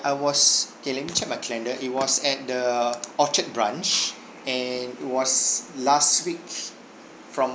I was K let me check my calendar it was at the orchard branch and it was last week from